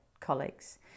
colleagues